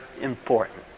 important